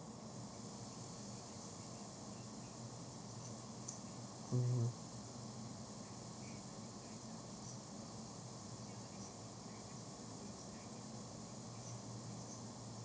mm